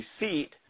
receipt